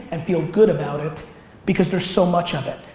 and feel good about it because there's so much of it.